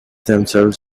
themselves